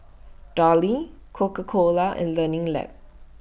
Darlie Coca Cola and Learning Lab